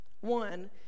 One